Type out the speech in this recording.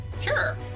Sure